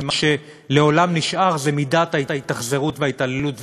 מה שלעולם נשאר זה מידת ההתאכזרות וההתעללות.